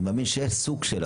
אני מאמין שיש 'סוג של',